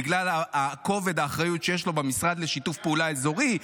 בגלל כובד האחריות שיש לו במשרד לשיתוף פעולה אזורי,